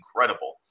incredible